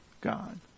God